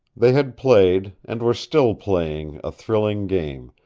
they had played, and were still playing, a thrilling game,